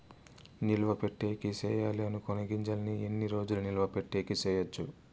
నిలువ పెట్టేకి సేయాలి అనుకునే గింజల్ని ఎన్ని రోజులు నిలువ పెట్టేకి చేయొచ్చు